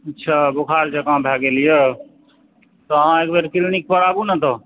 अच्छा बोखार जकाँ भए गेल यऽ तऽ अहाँ एकबेर क्लिनिक पर आबू ने तऽ